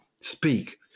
Speak